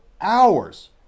hours